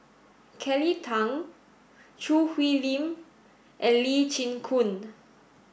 Kelly Tang Choo Hwee Lim and Lee Chin Koon